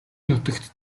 нутагт